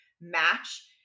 match